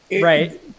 Right